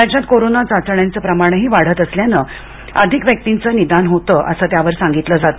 राज्यात कोरोना चाचण्यांचं प्रमाणही वाढतं असल्यानं अधिक व्यक्तींचं निदान होतं असं त्यावर सांगितलं जात